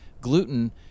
gluten